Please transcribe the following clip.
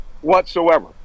whatsoever